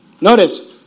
Notice